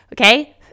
Okay